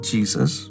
Jesus